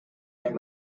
their